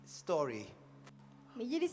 story